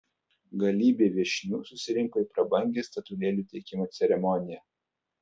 galybė viešnių susirinko į prabangią statulėlių teikimo ceremoniją